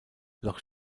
loch